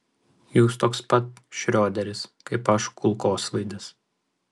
jūs toks pat šrioderis kaip aš kulkosvaidis